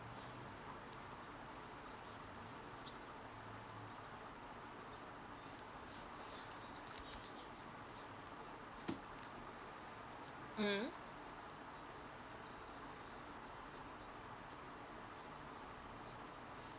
mmhmm